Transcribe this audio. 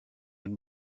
and